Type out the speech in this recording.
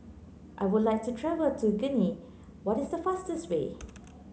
I would like to travel to Guinea what is the fastest way